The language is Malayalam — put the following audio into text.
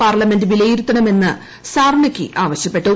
പാർലമെന്റ്വിലയിരുത്തണമെന്ന്സാർ്റെക്കി ആവശ്യപ്പെട്ടു